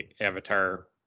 avatar